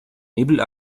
nebel